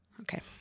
Okay